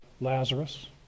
Lazarus